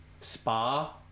spa